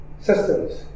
Systems